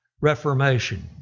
reformation